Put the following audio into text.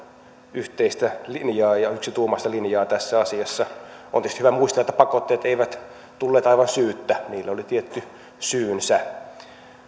yhteistä linjaa ja yksituumaista linjaa tässä asiassa on tietysti hyvä muistaa että pakotteet eivät tulleet aivan syyttä niille oli tietty syynsä